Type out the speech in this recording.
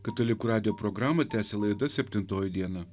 katalikų radijo programą tęsia laida septintoji diena